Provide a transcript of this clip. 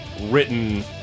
written